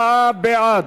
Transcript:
54 בעד,